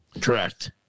correct